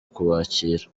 kubakira